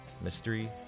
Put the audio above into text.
mystery